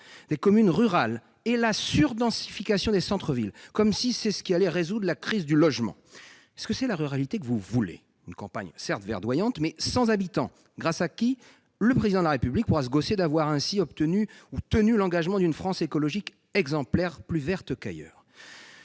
des communes rurales et la surdensification des centres-villes. Comme si cela allait résoudre la crise du logement ! Est-ce vraiment la ruralité que vous voulez ? Une campagne certes verdoyante, mais sans habitant ? Ainsi, le Président de la République pourra se gausser d'avoir tenu l'engagement d'une France écologique exemplaire, plus verte qu'ailleurs.